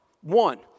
one